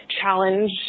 challenge